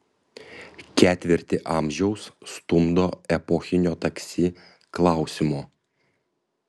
ketvirtį amžiaus stumdo epochinio taksi klausimo